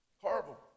Horrible